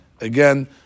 again